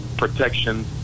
Protection